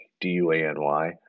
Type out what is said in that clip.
D-U-A-N-Y